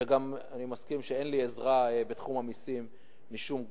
ואני גם מסכים שאין לי עזרה בתחום המסים משום גוף.